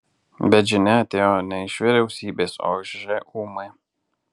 bet žinia atėjo ne iš vyriausybės o iš žūm